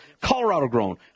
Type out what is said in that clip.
Colorado-grown